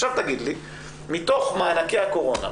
עכשיו תגיד לי מתוך מענקי הקורונה,